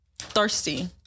Thirsty